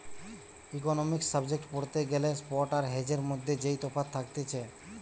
economics subject পড়তে গ্যালে spot আর হেজের মধ্যে যেই তফাৎ থাকতিছে